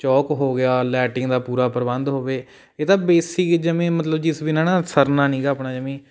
ਚੋਕ ਹੋ ਗਿਆ ਲੈਟਿੰਗ ਦਾ ਪੂਰਾ ਪ੍ਰਬੰਧ ਹੋਵੇ ਇਹ ਤਾਂ ਬੇਸਿਕ ਜਮ੍ਹਾਂ ਹੀ ਮਤਲਬ ਜਿਸ ਬਿਨਾਂ ਨਾ ਸਰਨਾ ਨੀਗਾ ਆਪਣਾ ਜਮ੍ਹਾਂ ਹੀ